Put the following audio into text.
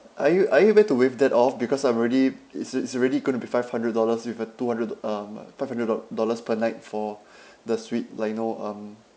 are you are you able to waive that off because I'm already it's it's already going to be five hundred dollars with a two hundred um five hundred doll~ dollars per night for the suite like you know um